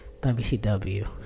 WCW